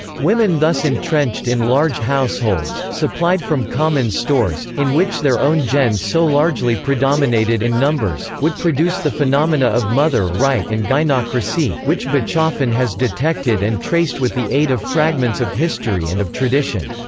women thus entrenched in large households, supplied from common stores, in which their own gens so largely predominated in numbers, would produce the phenomena of mother right and gyneocracy, which bachofen has detected and traced with the aid of fragments of history and of tradition.